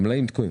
המלאים תקועים.